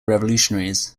revolutionaries